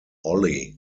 ollie